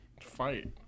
fight